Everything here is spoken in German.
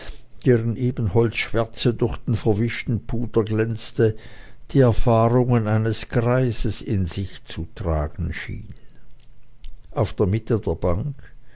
deren ebenholzschwärze durch den verwischten puder glänzte die erfahrungen eines greises in sich zu tragen schien auf der mitte der bank